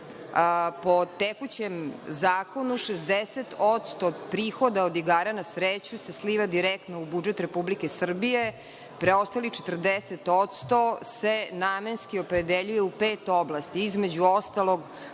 po tekućem zakonu 60% od prihoda od igara na sreću se sliva direktno u budžet Republike Srbije, preostalih 40% se namenski opredeljuju u pet oblasti. Između ostalog,